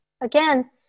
again